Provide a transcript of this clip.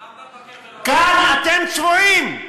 למה, כאן אתם צבועים.